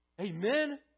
Amen